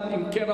1. אם כן,